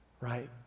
right